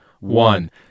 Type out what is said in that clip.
one